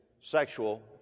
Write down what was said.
sexual